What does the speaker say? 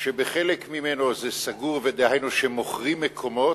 שבחלק ממנו זה סגור, דהיינו מוכרים מקומות,